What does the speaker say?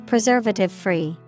Preservative-free